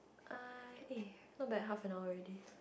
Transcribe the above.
uh eh not bad half an hour already